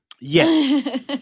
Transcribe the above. Yes